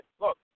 Look